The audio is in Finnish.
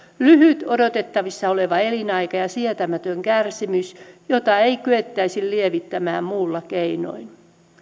lyhyt odotettavissa oleva elinaika ja sietämätön kärsimys jota ei kyettäisi lievittämään muulla keinoin